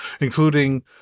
including